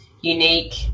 unique